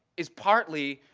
is partly